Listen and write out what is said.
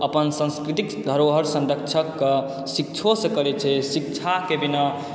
अपन संस्कृतिक धरोहरक संरक्षक कऽ शिक्षोसँ करैत छै शिक्षाके बिना